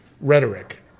rhetoric